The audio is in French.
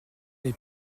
les